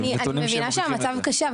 אני מבינה שהמצב הוא קשה,